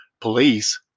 police